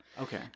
Okay